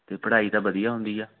ਅਤੇ ਪੜ੍ਹਾਈ ਤਾਂ ਵਧੀਆ ਹੁੰਦੀ ਆ